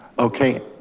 okay,